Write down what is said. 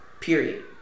period